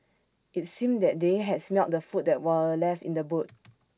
IT seemed that they had smelt the food that were left in the boot